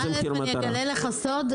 אגלה לך סוד.